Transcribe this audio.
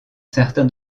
certains